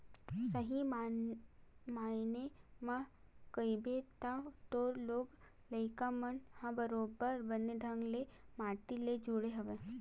सही मायने म कहिबे त तोर लोग लइका मन ह बरोबर बने ढंग ले माटी ले जुड़े हवय